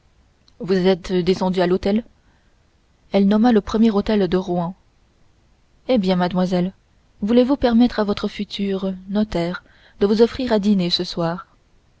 vous êtes descendue à l'hôtel elle nomma le premier hôtel de rouen eh bien mademoiselle voulez-vous permettre à votre futur notaire de vous offrir à dîner ce soir